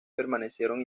permanecieron